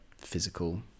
physical